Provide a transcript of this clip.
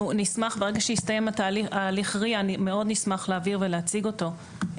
ברגע שיסתיים הליך ה-RIA אנחנו מאוד נשמח להביא ולהציג אותו,